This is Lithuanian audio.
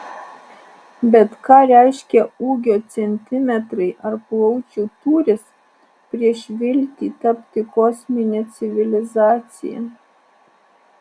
bet ką reiškia ūgio centimetrai ar plaučių tūris prieš viltį tapti kosmine civilizacija